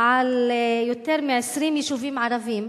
של יותר מ-20 יישובים ערביים,